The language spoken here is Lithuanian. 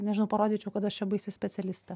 nežinau parodyčiau kad aš čia baisi specialistė